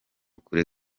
kure